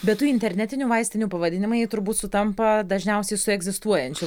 bet tų internetinių vaistinių pavadinimai turbūt sutampa dažniausiai su egzistuojančių